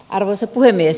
arvoisa puhemies